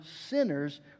sinners